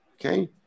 Okay